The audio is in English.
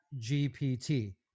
GPT